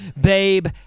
Babe